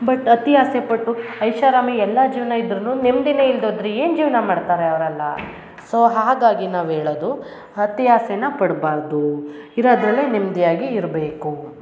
but ಅತಿ ಆಸೆ ಪಟ್ಟು ಐಷಾರಾಮಿ ಎಲ್ಲ ಜೀವನ ಇದ್ರೂ ನೆಮ್ದಿಯೇ ಇಲ್ದೋದರೆ ಏನು ಜೀವನ ಮಾಡ್ತಾರೆ ಅವರೆಲ್ಲ ಸೋ ಹಾಗಾಗಿ ನಾವು ಹೇಳದು ಅತಿ ಆಸೆನ ಪಡಬಾರ್ದು ಇರದ್ರಲ್ಲೇ ನೆಮ್ಮದಿಯಾಗಿ ಇರಬೇಕು